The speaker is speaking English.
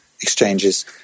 exchanges